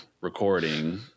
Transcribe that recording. recording